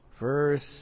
Verse